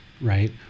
right